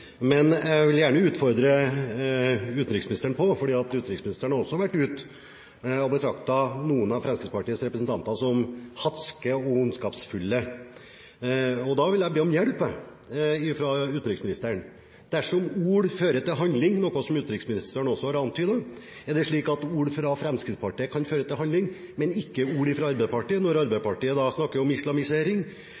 men jeg vil gjerne utfordre utenriksministeren, for utenriksministeren har også vært ute og betraktet noen av Fremskrittspartiets representanter som hatske og ondskapsfulle. Jeg vil be om hjelp fra utenriksministeren: Dersom ord fører til handling, noe utenriksministeren også har antydet, er det slik at ord fra Fremskrittspartiet kan føre til handling, men ikke ord fra Arbeiderpartiet – når